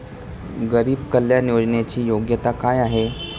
गरीब कल्याण योजनेची योग्यता काय आहे?